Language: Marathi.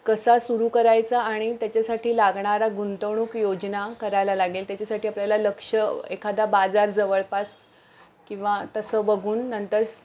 कसा सुरू करायचा आणि त्याच्यासाठी लागणारा गुंतवणूक योजना करायला लागेल त्याच्यासाठी आपल्याला लक्ष एखादा बाजार जवळपास किंवा तसं बघून नंतर